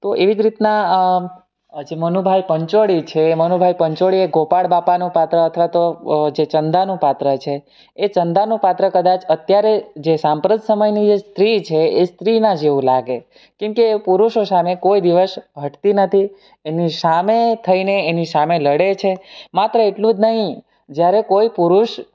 તો એવી જ રીતના હજી મનુભાઈ પંચોળી છે એ મનુભાઈ પંચોળી એ ગોપાળ બાપાનું પાત્ર અથવા તો જે ચંદાનું પાત્ર છે એ ચંદાનું પાત્ર કદાચ અત્યારે જે સાંપ્રત સમયની જે સ્ત્રી છે એ સ્ત્રીના જેવું લાગે કેમ કે એ પુરુષો સામે કોઈ દિવસ હટતી નથી એની સામે થઈને એની સામે લડે છે માત્ર એટલું જ નહીં જ્યારે કોઈ પુરુષ